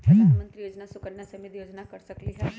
प्रधानमंत्री योजना सुकन्या समृद्धि योजना कर सकलीहल?